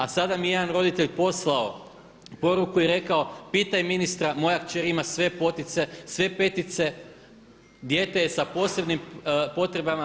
A sada mi je jedan roditelj poslao poruku i rekao pitaj ministra, moja kćer ima sve petice, dijete je sa posebnim potrebama.